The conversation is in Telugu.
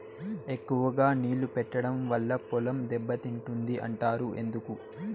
ఎక్కువగా నీళ్లు పెట్టడం వల్ల పొలం దెబ్బతింటుంది అంటారు ఎందుకు?